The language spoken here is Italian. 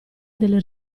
delle